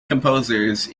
composers